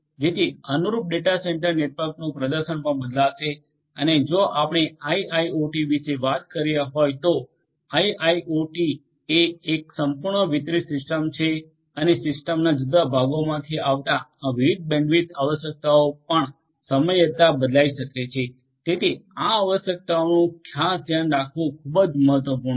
જેથી અનુરૂપ data centre નેટવર્કનું પ્રદર્શન પણ બદલાશે અને જો આપણે આઇઆઇઓટી વિશે વાત કરી રહ્યા હોય તો આઇઆઇઓટી એ એક સંપૂર્ણ વિતરિત સિસ્ટમ છે અને સિસ્ટમના જુદા જુદા ભાગોમાંથી આવતી આ વિવિધ બેન્ડવિડથ આવશ્યકતાઓ પણ સમય જતાં બદલાઈ શકે છે તેથી આ આવશ્યકતાઓનું ખાસ ધ્યાન રાખવું ખૂબ જ મહત્વપૂર્ણ છે